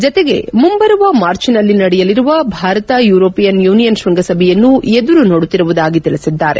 ಜತೆಗೆ ಮುಂಬರುವ ಮಾರ್ಚ್ನಲ್ಲಿ ನಡೆಯಲಿರುವ ಭಾರತ ಯುರೋಪಿಯನ್ ಯೂನಿಯನ್ ಶೃಂಗಸಭೆಯನ್ನು ಎದುರು ನೋಡುತ್ತಿರುವುದಾಗಿ ತಿಳಿಸಿದ್ದಾರೆ